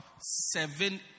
seven